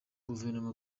guverinoma